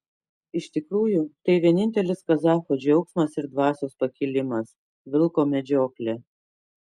iš tikrųjų tai vienintelis kazacho džiaugsmas ir dvasios pakilimas vilko medžioklė